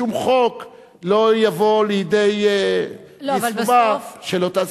שום חוק לא יבוא לידי יישומה של אותה,